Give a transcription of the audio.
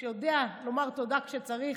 שיודע לומר תודה כשצריך,